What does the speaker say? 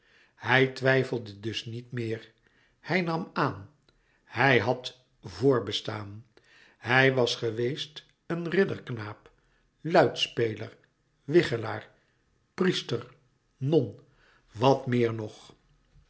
hij twijfelde dus niet meer hij nam aan hij had voorbestaan hij was geweest een ridderknaap luitspeelster wichelaar priester non wat meer nog